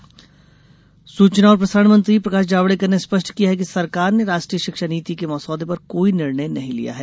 जावेडकर बयान सूचना और प्रसारण मंत्री प्रकाश जावड़ेकर ने स्पष्ट किया है कि सरकार ने राष्ट्रीय शिक्षा नीति के मसौदे पर कोई निर्णय नहीं लिया है